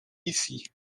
ici